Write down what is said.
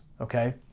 okay